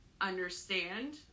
understand